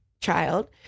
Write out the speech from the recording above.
child